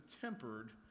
tempered